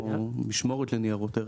או משמורת לניירות ערך.